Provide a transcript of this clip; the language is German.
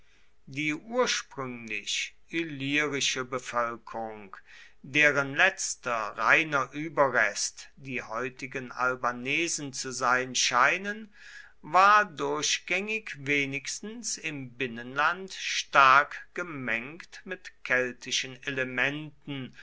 die ursprünglich illyrische bevölkerung deren letzter reiner überrest die heutigen albanesen zu sein scheinen war durchgängig wenigstens im binnenland stark gemengt mit keltischen elementen